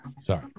Sorry